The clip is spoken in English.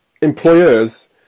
employers